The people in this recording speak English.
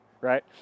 right